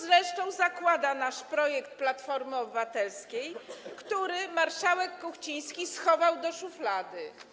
To zresztą zakłada nasz projekt, projekt Platformy Obywatelskiej, który marszałek Kuchciński schował do szuflady.